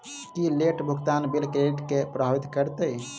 की late भुगतान bill credit केँ प्रभावित करतै?